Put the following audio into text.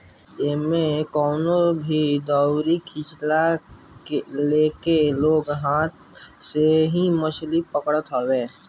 एमे कवनो भी दउरी खाची लेके लोग हाथ से ही मछरी पकड़ लेत हवे